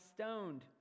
stoned